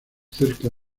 cerca